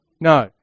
No